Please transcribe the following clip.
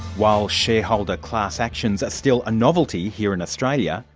while shareholder class actions are still a novelty here in australia,